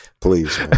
Please